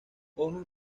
hojas